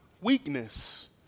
weakness